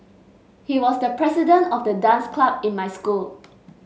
he was the president of the dance club in my school